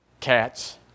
cats